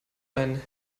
ein